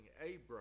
Abraham